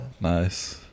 Nice